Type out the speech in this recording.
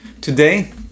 today